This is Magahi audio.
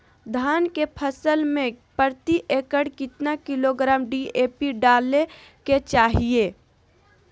धान के फसल में प्रति एकड़ कितना किलोग्राम डी.ए.पी डाले के चाहिए?